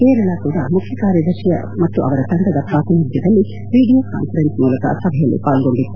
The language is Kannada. ಕೇರಳ ಮುಖ್ಯ ಕಾರ್ಯದರ್ಶಿ ಮತ್ತು ಅವರ ತಂಡದ ಪ್ರಾತಿನಿಧ್ಯದಲ್ಲಿ ವಿಡಿಯೋ ಕಾನ್ಫರೆನ್ಸ್ ಮೂಲಕ ಸಭೆಯಲ್ಲಿ ಪಾಲ್ಗೊಂಡಿತ್ತು